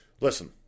Listen